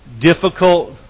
difficult